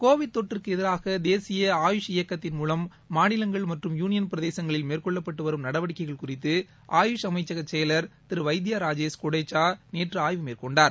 Covid தொற்றுக்கு எதிராக தேசிய ஆயுஷ் இயக்கத்தின் மூலம் மாநிலங்கள் மற்றும் யூனியன் பிரதேசங்களில் மேற்கொள்ளப்பட்டு வரும் நடவடிக்கைகள் குறித்து ஆயுஷ் அமைச்சக செயலர் திரு வைத்யா ராஜேஷ் கொடேச்சா நேற்று ஆய்வு மேற்கொண்டார்